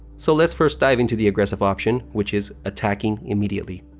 so let's first dive into the aggressive option, which is attacking immediately.